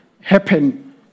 happen